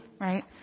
right